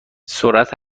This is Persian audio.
سرعت